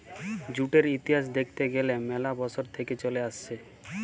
জুটের ইতিহাস দ্যাখতে গ্যালে ম্যালা বসর থেক্যে চলে আসছে